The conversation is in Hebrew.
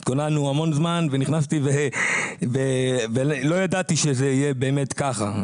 התכוננתי המון זמן ונכנסתי ולא ידעתי שזה יהיה באמת ככה.